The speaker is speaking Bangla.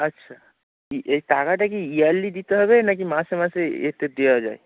আচ্ছা ই এই টাকাটা কি ইয়ারলি দিতে হবে নাকি মাসে মাসে এতে দেওয়া যায়